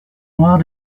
noire